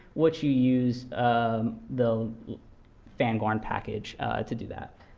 which you use um the phangorn package to do that.